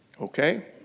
okay